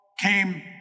came